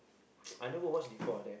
I never watch before there